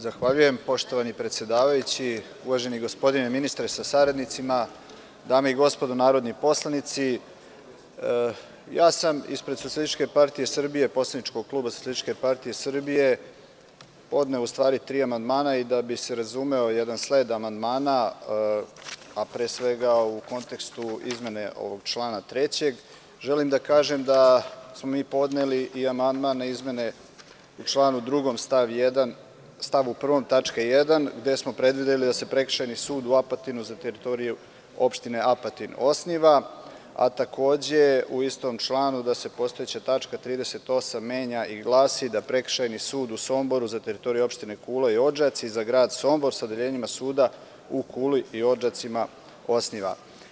Zahvaljujem poštovani predsedavajući, uvaženi gospodine ministre sa saradnicima, dame i gospodo narodni poslanici, ja sam ispred SPS poslaničkog kluba SPS podneo tri amandmana i da bi se razumeo jedan sled amandmana, a pre svega u kontekstu izmene ovog člana 3. Želim da kažem da smo mi podneli i amandman na izmene u članu 2. stav 1. tačka 1) gde smo predvideli da se Prekršajni sud u Apatinu za teritoriju opštine Apatin osniva, a takođe u istom članu da se postojeća tačka 38. menja i glasi – da Prekršajni sud u Somboru za teritoriju opštine Kula i Odžaci za Sombor sa odeljenjima suda u Kuli i Odžacima osniva.